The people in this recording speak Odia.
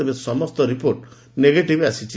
ତେବେ ସମସ୍ତ ରିପୋର୍ଟ ନେଗେଟିଭ ଆସିଛି